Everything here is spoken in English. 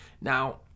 now